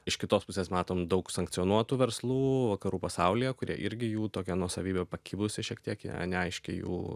iš kitos pusės matom daug sankcionuotų verslų vakarų pasaulyje kurie irgi jų tokia nuosavybė pakibusi šiek tiek jie neaiški jų